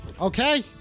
Okay